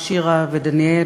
שירה ודניאל,